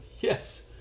Yes